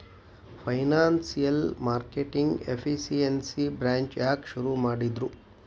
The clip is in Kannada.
ಫೈನಾನ್ಸಿಯಲ್ ಮಾರ್ಕೆಟಿಂಗ್ ಎಫಿಸಿಯನ್ಸಿ ಬ್ರಾಂಚ್ ಯಾಕ್ ಶುರು ಮಾಡಿದ್ರು?